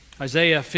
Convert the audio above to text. Isaiah